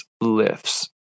lifts